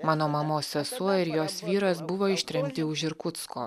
mano mamos sesuo ir jos vyras buvo ištremti už irkutsko